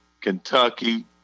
Kentucky